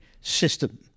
system